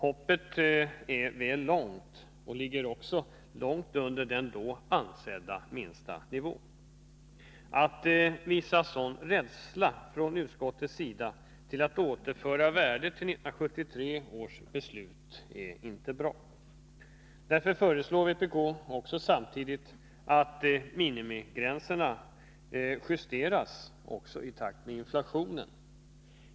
Hoppet är väl långt, och beloppet ligger också långt under den nivå som år 1973 fastställdes som den lägsta. Att utskottet visar en sådan rädsla att återföra värdet till den nivå som beslöts Nr 49 1973 är inte bra. Tisdagen den Vpk föreslår därför samtidigt att minimigränsen justeras i takt med 14 december 1982 inflationen.